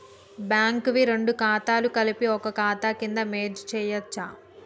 Bank వి రెండు ఖాతాలను కలిపి ఒక ఖాతా కింద మెర్జ్ చేయచ్చా?